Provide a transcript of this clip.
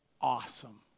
awesome